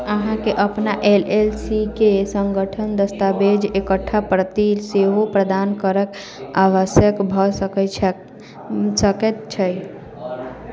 अहाँकेँ अपन L L C क सङ्गठनके दस्तावेजके एकटा प्रति सेहो प्रदान करैक आवश्यकता भए सकैत छै